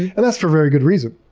and that's for very good reason.